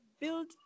build